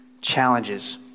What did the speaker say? challenges